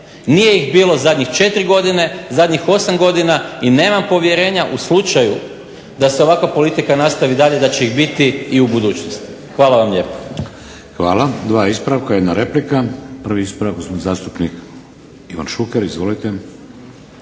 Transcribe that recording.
Nije ih bilo zadnjih 4 godine, zadnjih 8 godina i nema povjerenja u slučaju da se ovakva politika nastavi i dalje da će ih biti i u budućnosti. Hvala vam lijepa. **Šeks, Vladimir (HDZ)** Hvala. Dva ispravka, jedna replika. Prvi je ispravak gospodin zastupnik Ivan Šuker. Izvolite.